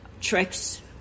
tricks